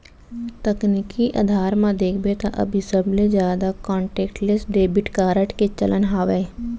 तकनीकी अधार म देखबे त अभी सबले जादा कांटेक्टलेस डेबिड कारड के चलन हावय